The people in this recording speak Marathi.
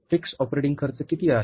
फिक्स ऑपरेटिंग खर्च किती आहे